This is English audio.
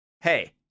Hey